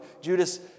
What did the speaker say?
Judas